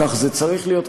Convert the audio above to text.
כך זה צריך להיות,